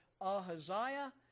Ahaziah